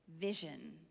vision